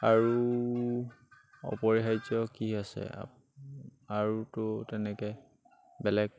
আৰু অপৰিহাৰ্য কি আছে আ আৰুতো তেনেকৈ বেলেগ